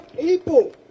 people